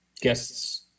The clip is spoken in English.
guests